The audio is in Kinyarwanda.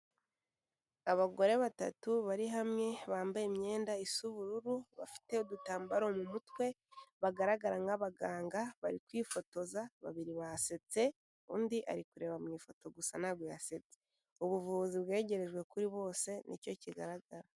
Abagore batatu bari hamwe, bambaye imyenda isa ubururu, bafite udutambaro mu mutwe, bagaragara nk'abaganga, bari kwifotoza, babiri basetse, undi ari kureba mu ifoto gusa ntago yasetse. Ubuvuzi bwegerejwe kuri bose, nicyo kigaragara.